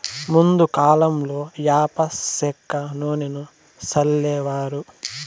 ముందు కాలంలో యాప సెక్క నూనెను సల్లేవారు